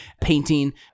painting